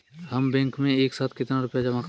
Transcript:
हम बैंक में एक साथ कितना रुपया जमा कर सकते हैं?